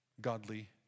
godly